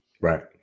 Right